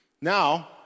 Now